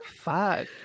Fuck